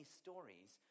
stories